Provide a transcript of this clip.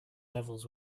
levels